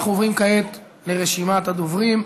אנחנו עוברים כעת לרשימת הדוברים.